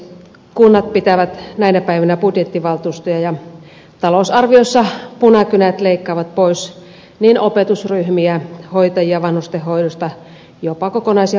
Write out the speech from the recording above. kunnat pitävät näinä päivinä budjettivaltuustoja ja talousarvioissa punakynät leikkaavat pois opetusryhmiä hoitajia vanhustenhoidosta jopa kokonaisia hoitokoteja ja kyläkouluja